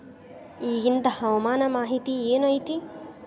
ಇಗಿಂದ್ ಹವಾಮಾನ ಮಾಹಿತಿ ಏನು ಐತಿ?